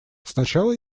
сначала